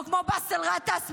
או כמו באסל גטאס,